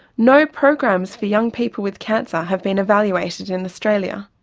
no programs for young people with cancer have been evaluated in australia,